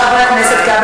חבר הכנסת כבל,